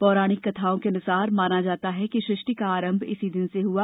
पौराणिक कथाओं के अनुसार माना जाता है कि सृष्टि का आरंभ इसी दिन से हुआ